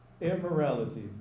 immorality